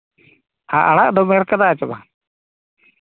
ᱟᱨ ᱟᱲᱟᱜ ᱫᱚᱢ ᱮᱨ ᱠᱟᱫᱟ ᱥᱮ ᱵᱟᱝ